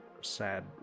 sad